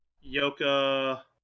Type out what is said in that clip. Yoka